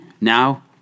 now